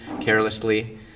carelessly